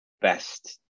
best